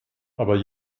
aber